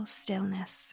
stillness